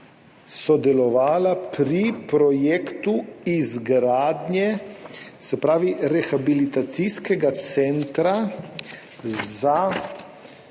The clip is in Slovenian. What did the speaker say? sodelovala pri projektu izgradnje rehabilitacijskega centra za